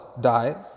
dies